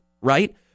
Right